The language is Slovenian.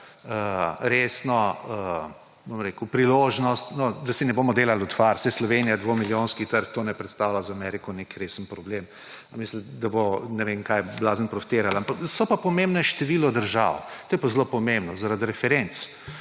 resno priložnost – no, da si ne bomo delali utvar, saj Slovenija je dvomilijonski trg, to ne predstavlja za Ameriko nek resen problem. Ali mislite, da bo ne vem kaj blazno profitirala? Je pa pomembno število držav. To je pa zelo pomembno zaradi referenc,